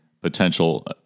potential